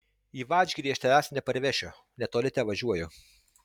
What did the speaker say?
į vadžgirį aš tavęs neparvešiu netoli tevažiuoju